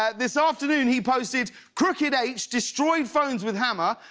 ah this afternoon, he posted crooked h destroyed phones with hammer,